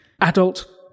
Adult